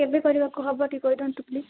କେବେ କରିବାକୁ ହେବ ଟିକେ କହି ଦିଅନ୍ତୁ ପ୍ଲିଜ୍